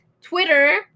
Twitter